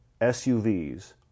SUVs